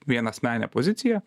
vienasmene pozicija